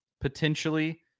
potentially